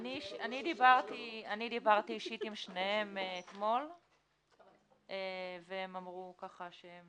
אני דיברתי אישית עם שניהם אתמול והם אמרו שהם